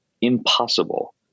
impossible